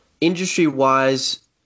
industry-wise